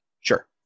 Sure